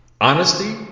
Honesty